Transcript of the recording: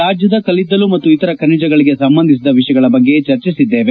ರಾಜ್ಯದ ಕಲಿದ್ದಲು ಮತ್ತು ಇತರ ಖನಿಜಗಳಿಗೆ ಸಂಬಂಧಿಸಿದ ವಿಷಯಗಳ ಬಗ್ಗೆ ಚರ್ಚಿಸಿದ್ದೇವೆ